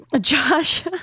Josh